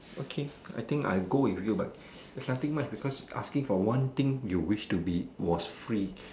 okay I think I will go with you but there's nothing much because it said one thing you wish to be was free